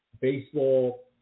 baseball